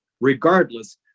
regardless